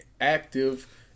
active